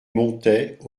montais